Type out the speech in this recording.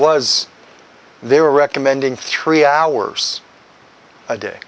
was they were recommending three hours a day